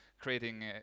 creating